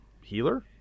healer